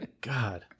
God